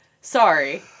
Sorry